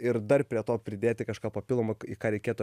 ir dar prie to pridėti kažką papildomo į ką reikėtų